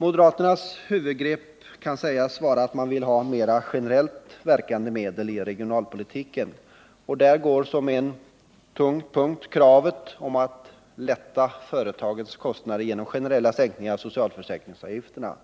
Moderaternas huvudgrepp kan sägas vara att de vill ha mer generellt verkande medel i regionalpolitiken, och där är en tung punkt kravet på att lätta företagens kostnader genom generella sänkningar av socialförsäkringsavgifterna.